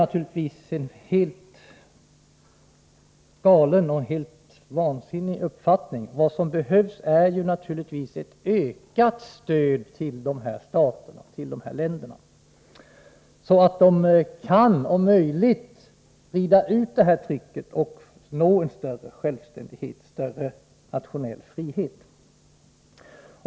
Naturligtvis är det en helt galen och vansinnig uppfattning. Vad som behövs är självfallet ett ökat stöd till de här länderna, så att de — om möjligt — kan stå emot det tryck som utövas på dem och så att de kan uppnå en större självständighet, en större nationell frihet.